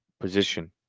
position